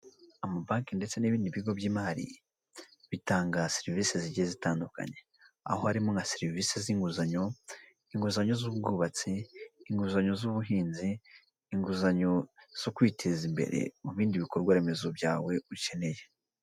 Amabanki ndetse n'ibindi bigo by'imari, bitanga serivisi zigiye zitandukanye. Aho harimo nka serivisi z'inguzanyo, inguzanyo z'ubwubatsi, inguzanyo z'ubuhinzi, inguzanyo zo kwiteza imbere mu bindi bikorwa remezo byawe ukeneye.